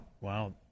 Wow